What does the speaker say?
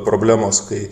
problemos kai